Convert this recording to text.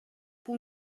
бул